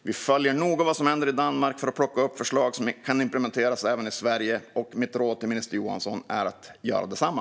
Vi följer noga vad som händer i Danmark för att plocka upp förslag som kan implementeras även i Sverige, och mitt råd till minister Johansson är att göra detsamma.